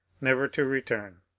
never to return.